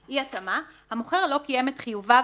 אי-התאמה: המוכר לא קיים את חיוביו,